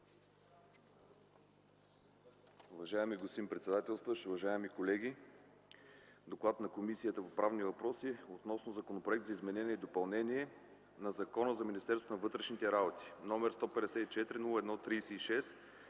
Уважаеми господин председателстващ, уважаеми колеги! „ДОКЛАД на Комисията по правни въпроси относно Законопроект за изменение на Закона за Министерството на вътрешните работи, № 154-01-36,